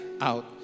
out